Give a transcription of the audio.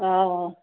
आहो